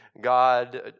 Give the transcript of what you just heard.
God